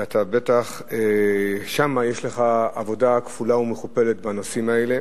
ובטח שם יש לך עבודה כפולה ומכופלת בנושאים האלה.